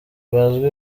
bazwi